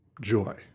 joy